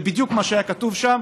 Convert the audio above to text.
זה בדיוק מה שהיה כתוב שם